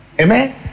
Amen